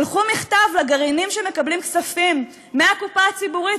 שלחו מכתב לגרעינים שמקבלים כספים מהקופה הציבורית,